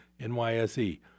NYSE